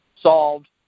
solved